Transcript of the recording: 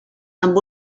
amb